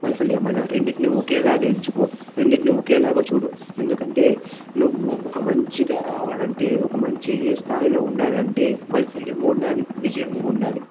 వైఫల్యమైన రెండింటిని ఒకేలాగా ఎంచుకో రెండింటిని ఒకేలాగా చూడు ఎందుకంటే నువ్వు ఒక మంచిగా రావాలంటే ఒక మంచి ఏ స్థాయిలో ఉండాలంటే వైఫల్యము ఉండాలి విజయము ఉండాలి